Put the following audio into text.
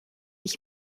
ich